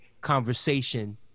conversation